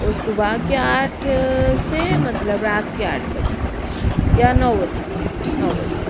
वो सुबह के आठ से मतलब रात के आठ बजे या नौ बजे नौ बजे